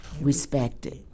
respected